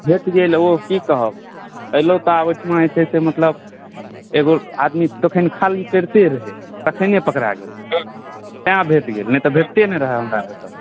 भेट गेल ओह की कहब एलहुँ तऽ आब ओहिठमा जे छै से मतलब एगो आदमी तखन खाली करिते रहै तखन पकड़ा गेल तैँ भेट गेल नहि तऽ भेटिते नहि रहै हमरा कतहुँ